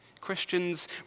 Christians